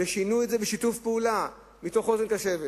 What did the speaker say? ושינו את זה בשיתוף פעולה ועם אוזן קשבת.